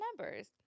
numbers